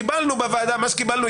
קיבלנו בוועדה מה שקיבלנו,